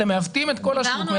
אתם מעוותים את כל השוק.